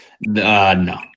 No